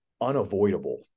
unavoidable